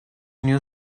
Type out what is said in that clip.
new